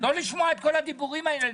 לא לשמוע את כל הדיבורים האלה.